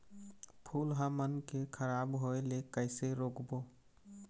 फूल हमन के खराब होए ले कैसे रोकबो?